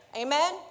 Amen